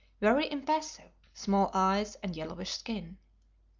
very impassive small eyes and yellowish skin.